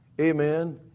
amen